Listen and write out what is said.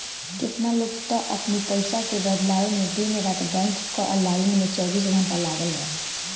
केतना लोग तअ अपनी पईसा के बदलवावे में दिन रात बैंक कअ लाइन में चौबीसों घंटा लागल रहे